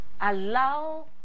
allow